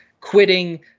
quitting